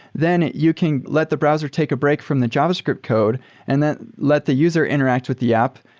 then you can let the browser take a break from the javascript code and then let the user interact with the app.